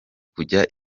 kujya